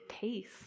taste